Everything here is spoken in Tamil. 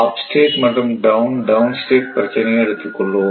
அப் ஸ்டேட் மற்றும் டவுன் ஸ்டேட் பிரச்சனையை எடுத்துக் கொள்வோம்